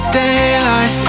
daylight